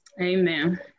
Amen